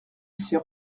s’est